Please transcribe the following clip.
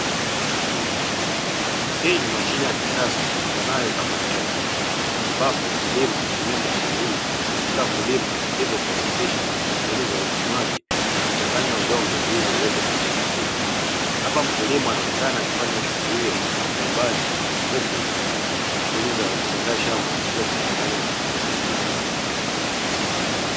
Hii ni mashine ya kisasa ijulikanayo kama trekta ambapo wakulima hutumia mashine hii katika kulima hivyo kurahisisha shughuli za ulimaji na kuchanganya udongo ili uweze kuleta rutuba. Hapa mkulima anaonekana akifanya shughuli hiyo shambani, huku shughuli za kuandaa shamba zikiwa zinaonekana zikiendelea.